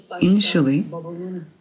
initially